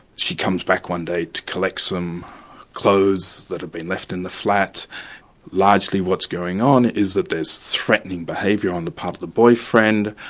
she comes back one day to collect some clothes that have been left in the flat largely what's going on is that there's threatening behaviour on the part of the boyfriend,